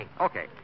Okay